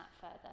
further